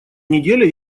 неделе